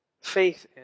faith